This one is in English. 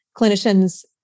clinicians